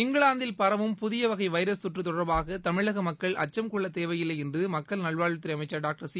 இங்கிலாந்தில் பரவும் புதிய வகை வைரஸ் தொற்று தொடர்பாக தமிழக மக்கள் அச்சம் கொள்ளத் தேவையில்லை என்று மக்கள் நல்வாழ்வுத்துறை அமைச்சர் டாக்டர் சி